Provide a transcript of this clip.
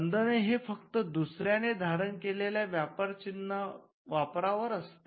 बंधन हे फक्त दुसऱ्याने धारण केलेल्या व्यापार चिन्ह वापरावर असते